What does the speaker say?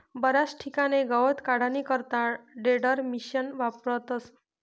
बराच ठिकाणे गवत काढानी करता टेडरमिशिन वापरतस